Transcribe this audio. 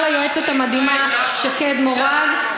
ובעיקר ליועצת המדהימה שקד מורג,